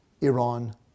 Iran